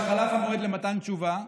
שחלף המועד למתן תשובה,